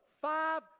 five